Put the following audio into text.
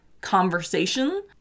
conversation